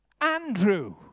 Andrew